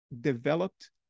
developed